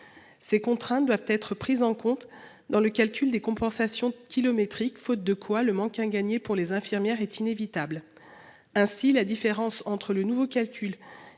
Ces contraintes doivent être prises en compte dans le calcul des compensations kilométrique, faute de quoi le manque à gagner pour les infirmières est inévitable. Ainsi la différence entre le nouveau calcul et